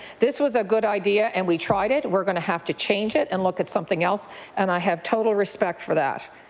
this was a good idea and we tried it. we're going to have to change it and look at something something else and i have total respect for that.